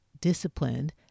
disciplined